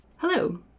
Hello